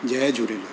Jay Jhulelal